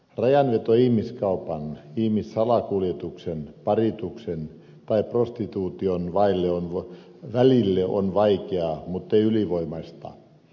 rajanveto ihmiskaupan ihmissalakuljetuksen parituksen tai prostituution välille on vaikeaa mutta ei ylivoimaista